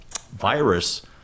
virus